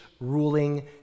ruling